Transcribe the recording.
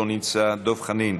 לא נמצא, דב חנין,